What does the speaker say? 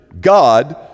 God